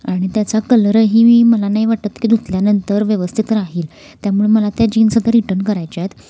आणि त्याचा कलरही मला नाही वाटत की धुतल्यानंतर व्यवस्थित राहील त्यामुळं मला त्या जीन्स आता रिटर्न करायच्या आहेत